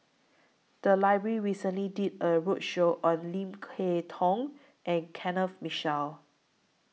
The Library recently did A roadshow on Lim Kay Tong and Kenneth Mitchell